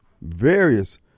Various